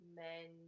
men